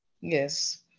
Yes